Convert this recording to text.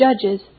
judges